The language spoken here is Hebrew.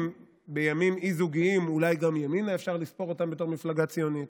בימים אי-זוגיים אולי גם את ימינה אפשר לספור בתור מפלגה ציונית,